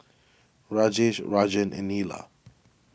Rajesh Rajan and Neila